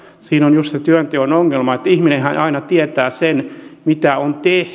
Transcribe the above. siinä on just se työnteon ongelma että ihminenhän aina tietää sen mitä on tehty ja